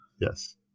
Yes